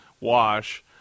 wash